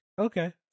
okay